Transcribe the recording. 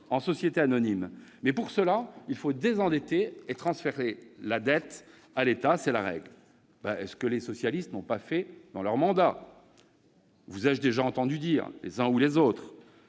en société anonyme, mais, pour cela, il faut désendetter la SNCF et transférer la dette à l'État, c'est la règle. C'est ce que les socialistes n'ont pas fait durant le précédent mandat, ai-je déjà entendu dire par les uns ou les autres.